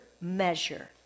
measure